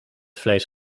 vlees